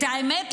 האמת,